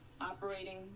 operating